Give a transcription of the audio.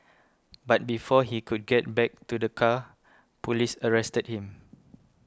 but before he could get back to the car police arrested him